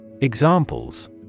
Examples